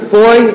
boy